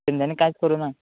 तेंच्यानी कांयच करूं ना